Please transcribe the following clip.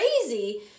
crazy